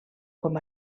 com